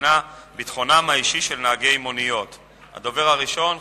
שמספרן 1624,